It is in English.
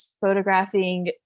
photographing